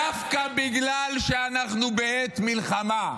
דווקא בגלל שאנחנו בעת מלחמה,